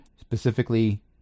specifically